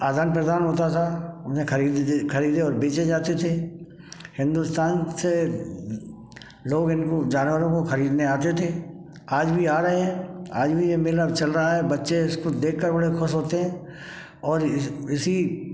आदान प्रदान होता था उन्हें खरीदे और बेचे जाते थे हिंदुस्तान से लोग इनको जानवरों को खरीदने आते थे आज भी आ रहें आज भी ये मेला चल रहा है बच्चे इसे देख कर बड़े खुश होते हैं और इसी